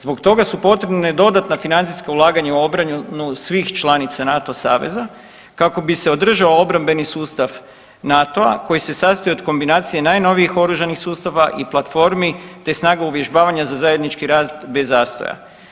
Zbog toga su potrebne dodatna financijska ulaganja u obranu svih članica NATO saveza, kako bi se održao obrambeni sustav NATO-a koji se sastoji od kombinacije najnovijih oružanih sustava i platformi te snaga uvježbavanja za zajednički rast bez zastoja.